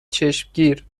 چشمگیر